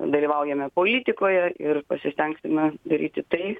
dalyvaujame politikoje ir pasistengsime daryti tai